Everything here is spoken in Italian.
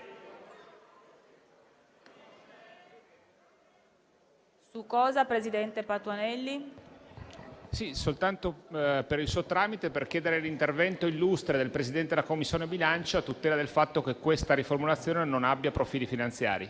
Signor Presidente, sono a chiedere, per il suo tramite, l'intervento illustre del Presidente della Commissione bilancio a tutela del fatto che questa riformulazione non abbia profili finanziari.